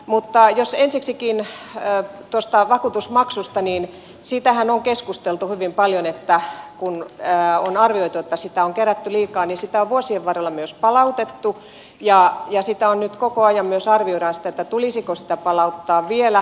mutta jos ensiksikin tuosta vakuutusmaksusta niin siitähän on keskusteltu hyvin paljon että kun on arvioitu että sitä on kerätty liikaa niin sitä on vuosien varrella myös palautettu ja sitä nyt koko ajan myös arvioidaan tulisiko sitä palauttaa vielä